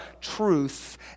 truth